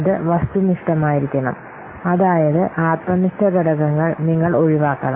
അത് വസ്തുനിഷ്ഠമായിരിക്കണം അതായത് ആത്മനിഷ്ഠ ഘടകങ്ങൾ നിങ്ങൾ ഒഴിവാക്കണം